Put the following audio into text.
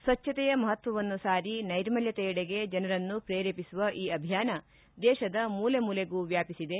ಸ್ವಚ್ಚತೆಯ ಮಹತ್ವವನ್ನು ಸಾರಿ ನೈರ್ಮಲ್ಯತೆಯೆಡೆಗೆ ಜನರನ್ನು ಪ್ರೇರೇಪಿಸುವ ಈ ಅಭಿಯಾನ ದೇಶದ ಮೂಲೆಮೂಲೆಗೂ ವ್ಯಾಪಿಸಿದೆ